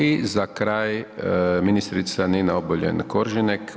I za kraj ministrica Nina Obuljen Koržinek.